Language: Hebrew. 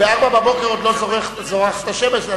ב-04:00 עוד לא זורחת השמש,